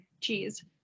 cheese